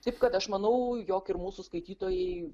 taip kad aš manau jog ir mūsų skaitytojai